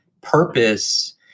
purpose